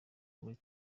muri